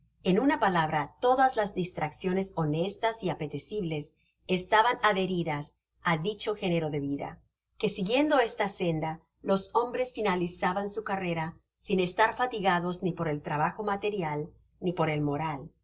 en una palabra todas las distracciones honestas y apetecibles estaban adheridas á dicho genero de vida que siguiendo esta senda los hombres finalizaban su carrera sin estar fatigados ni por el trabajo material ni por el moral